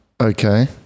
Okay